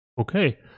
okay